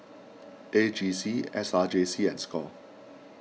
A G C S R J C and Score